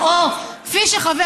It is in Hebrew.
אוה, כפי שחבר